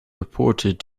reported